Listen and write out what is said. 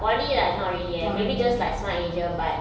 poly like not really eh maybe just like smart asia but